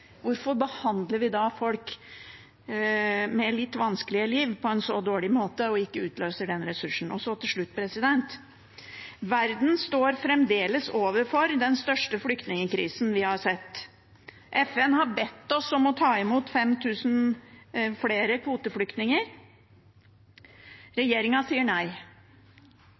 Hvorfor behandler vi da folk med et litt vanskelig liv på en så dårlig måte og utløser ikke denne ressursen? Til slutt: Verden står fremdeles overfor den største flyktningkrisen vi har sett. FN har bedt oss om å ta imot 5 000 flere kvoteflyktninger. Regjeringen sier nei.